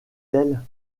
elle